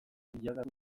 bilakatu